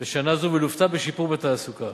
בשנה זו, ולוותה בשיפור בתעסוקה.